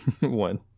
one